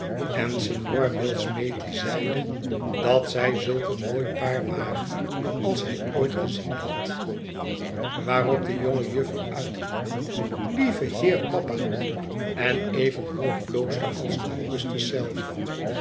en signor billsmethi zeide dat zij zulk een mooi paar waren als hij ooit gezien had waarop de jonge juffer uitriep lieve heer papa en even hoog bloosde als augustus zelf